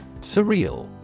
Surreal